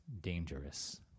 dangerous